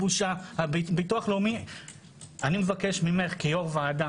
אני מבקש ממך כיושבת-ראש ועדה